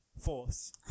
force